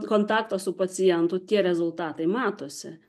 kontaktą su pacientu tie rezultatai matosi